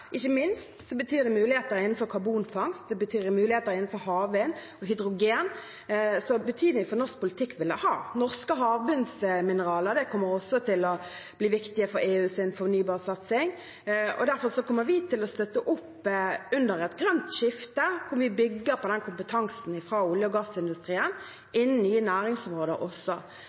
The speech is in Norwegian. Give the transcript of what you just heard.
innenfor karbonfangst, det betyr muligheter innenfor havvind og hydrogen, så betydning for norsk politikk vil det ha. Norske havbunnsmineraler kommer også til å bli viktig for EUs fornybarsatsing, og derfor kommer vi til å støtte opp under et grønt skifte der vi også bygger på kompetansen fra olje- og gassindustrien innen nye næringsområder.